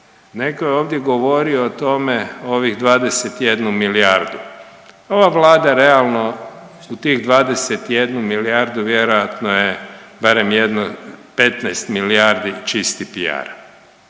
Neko je ovdje govorio o tome o ovih 21 milijardu, ova vlada realno u tih 21 milijardu vjerojatno je barem jedno 15 milijardi čisti piar